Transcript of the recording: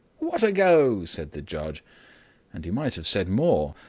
what a go! said the judge and he might have said more,